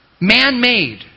man-made